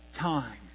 time